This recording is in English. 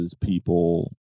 people